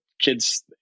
kids